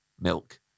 Milk